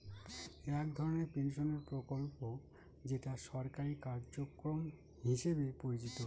এক ধরনের পেনশনের প্রকল্প যেটা সরকারি কার্যক্রম হিসেবে পরিচিত